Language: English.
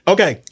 Okay